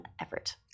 effort